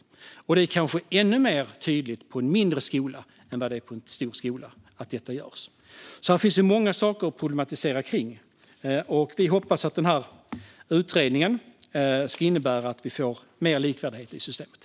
Att detta görs är kanske ännu tydligare på en mindre skola än på en stor skola. Det finns alltså många saker att problematisera kring. Vi hoppas att den här utredningen ska innebära att vi får mer likvärdighet i systemet.